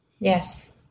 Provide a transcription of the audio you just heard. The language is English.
yes